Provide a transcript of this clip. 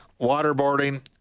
waterboarding